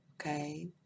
Okay